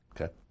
Okay